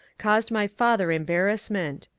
caused my father embarrassment.